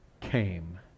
came